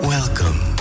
Welcome